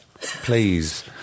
Please